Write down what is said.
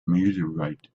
meteorite